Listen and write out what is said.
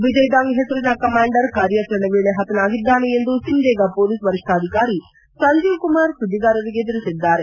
ವಿಜಯ್ ದಾಂಗ್ ಹೆಸರಿನ ಕಮಾಂಡರ್ ಕಾರ್ಯಾಚರಣೆ ವೇಳೆ ಪತನಾಗಿದ್ದಾನೆ ಎಂದು ಸಿಮ್ದೇಗ ಪೊಲೀಸ್ ವರಿಷ್ಠಾಧಿಕಾರಿ ಸಂಜೀವ್ ಕುಮಾರ್ ಸುದ್ದಿಗಾರರಿಗೆ ತಿಳಿಸಿದ್ದಾರೆ